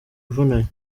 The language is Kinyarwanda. ivunanye